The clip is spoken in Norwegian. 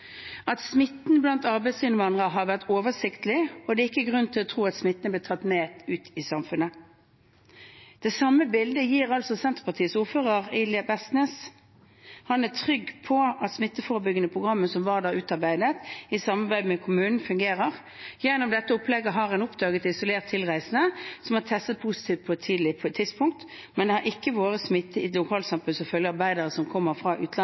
er grunn til å tro at smitten er blitt tatt med ut i samfunnet. Det samme bildet gir Senterpartiets ordfører i Vestnes. Han er trygg på at det smitteforebyggende programmet som verftet Vard Langsten har utarbeidet i samarbeid med kommunen, fungerer. Gjennom dette opplegget har en oppdaget og isolert tilreisende som har testet positivt på et tidlig tidspunkt, men det har ikke vært smitte i lokalsamfunnet som følge av arbeidere som kommer fra